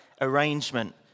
arrangement